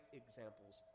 examples